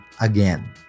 again